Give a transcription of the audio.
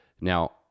Now